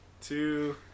two